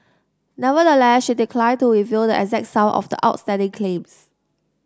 nevertheless she declined to reveal the exact sum of the outstanding claims